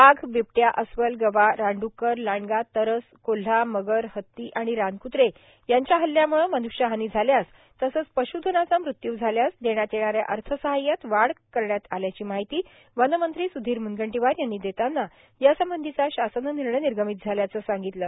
वाघ बिबट्या अस्वल गवा रानड्क्कर लांडगा तरस कोल्हा मगर हत्ती आणि रानक्त्रे यांच्या हल्ल्याम्ळे मन्ष्यहानी झाल्यास तसेच पश्धनाचा मृत्यू झाल्यास देण्यात येणाऱ्या अर्थसहाय्यात वाढ करण्यात आल्याची माहिती वन मंत्री स्धीर म्नगंटीवार यांनी देताना यासंबंधीचा शासननिर्णय निर्गमित झाल्याचे सांगितले